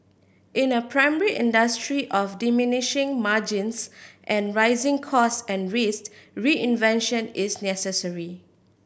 in a primary industry of diminishing margins and rising costs and risk reinvention is necessary